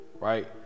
right